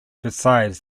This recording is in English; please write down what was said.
besides